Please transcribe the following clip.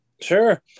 Sure